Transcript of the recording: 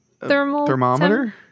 Thermometer